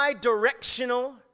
directional